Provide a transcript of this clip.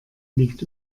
liegt